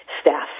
staff